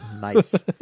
Nice